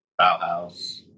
Bauhaus